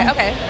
Okay